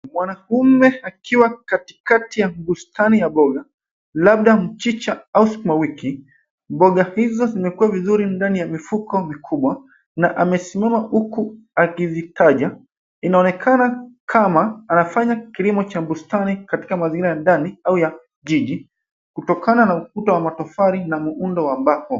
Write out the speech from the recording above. Mwanaume akiwa katikati ya bustani ya mboga labda mchicha au sukuma wiki. Mboga hizo zimejaa vizuri ndani ya mifuko mikubwa na amesimama huku akizitaja. Inaonekana kama anafanya kilimo cha bustani katika mazingira ya ndani au ya jiji kutokana na ukuta wa matofali na muundo wa mbao.